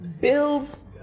bills